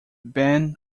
ban